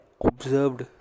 observed